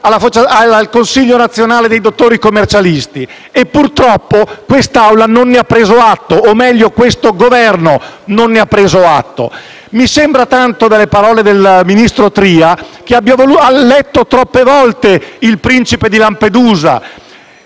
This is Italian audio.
al Consiglio nazionale dei dottori commercialisti, di cui, purtroppo, quest'Assemblea, o meglio questo Governo, non ne ha preso atto. Mi sembra tanto, dalle parole del ministro Tria, che egli abbia letto troppe volte il Principe di Lampedusa: